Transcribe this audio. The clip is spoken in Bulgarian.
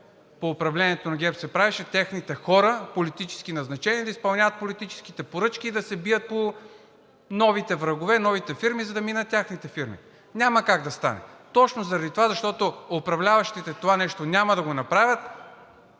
по управлението на ГЕРБ се правеше – техните хора, политически назначени, да изпълняват политическите поръчки и да се бие по новите врагове, новите фирми, за да минат техните фирми. Няма как да стане. Точно заради това, защото управляващите това нещо няма да го направят,